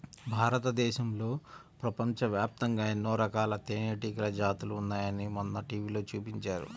భారతదేశంలో, ప్రపంచవ్యాప్తంగా ఎన్నో రకాల తేనెటీగల జాతులు ఉన్నాయని మొన్న టీవీలో చూపించారు